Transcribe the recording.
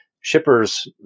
shippers